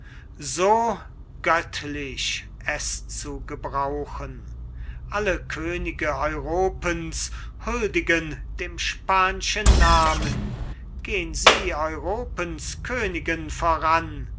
so göttlich es zu gebrauchen alle könige europens huldigen dem spanschen namen gehn sie europens königen voran